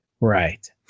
Right